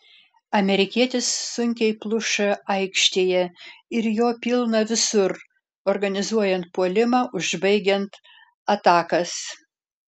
amerikietis sunkiai pluša aikštėje ir jo pilna visur organizuojant puolimą užbaigiant atakas